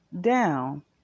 down